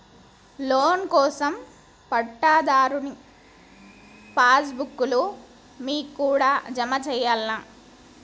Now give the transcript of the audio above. Loan కోసం పట్టాదారు pass book లు మీ కాడా జమ చేయల్నా?